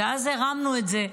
ואז הרמנו את זה.